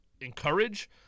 encourage